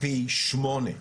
פי שמונה.